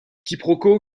quiproquo